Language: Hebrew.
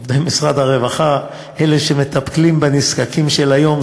עובדי משרד הרווחה: אלה שמטפלים בנזקקים של היום,